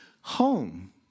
home